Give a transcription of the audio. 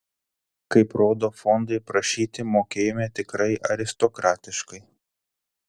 kaip rodo fondai prašyti mokėjome tikrai aristokratiškai